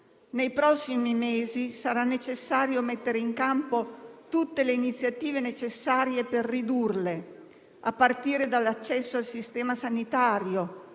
Nei prossimi mesi sarà necessario mettere in campo tutte le iniziative necessarie per ridurle, a partire dall'accesso al sistema sanitario.